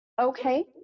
Okay